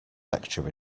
lecture